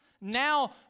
Now